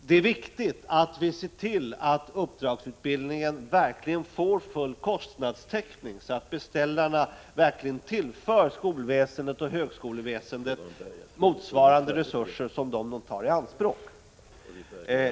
Det är viktigt att vi ser till att uppdragsutbildningen får full kostnadstäckning, dvs. att beställarna verkligen tillför skolväsendet och högskoleväsendet resurser motsvarande dem de tar i anspråk.